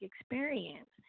experience